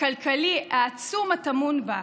הכלכלי העצום הטמון בה.